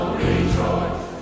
rejoice